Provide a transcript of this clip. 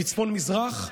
בצפון-מזרח,